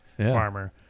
farmer